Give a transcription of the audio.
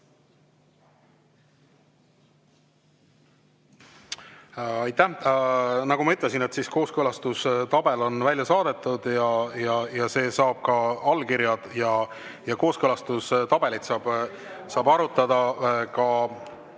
Aitäh! Nagu ma ütlesin, kooskõlastustabel on välja saadetud ja see saab ka allkirjad. Ja kooskõlastustabelit saab arutada ka